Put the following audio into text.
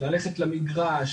ללכת למגרש,